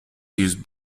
used